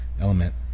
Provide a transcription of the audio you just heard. element